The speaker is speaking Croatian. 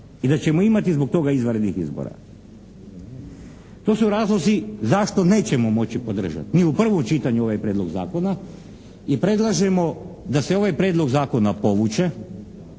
i da ćemo imati zbog toga izvanrednih izbora. To su razlozi zašto nećemo moći podržati mi u prvom čitanju ovaj prijedlog zakona. I predlažemo da se ovaj prijedlog zakona povuče,